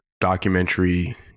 documentary